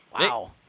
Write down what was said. Wow